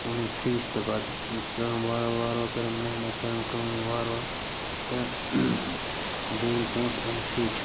اوٚنُم فِرٛچ تہٕ پَتہٕ کٔرٕم وار وار وار وارٕ کٔرٕم محنت کٔرٕم کٲم وار وار تہٕ زیٖنۍ پونٛسہٕ اوٚن فِرٛچ